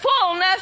fullness